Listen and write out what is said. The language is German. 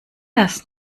das